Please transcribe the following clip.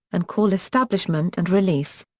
and call establishment and release.